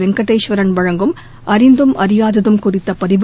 வெங்கடேஸ்வரன் வழங்கும் அறிந்ததும் அறியாததும் குறித்த பதிவு